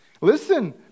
Listen